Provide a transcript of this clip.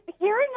hearing